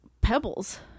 Pebbles